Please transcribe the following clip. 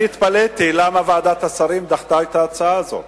אני התפלאתי למה ועדת השרים דחתה את ההצעה הזאת.